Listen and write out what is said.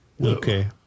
Okay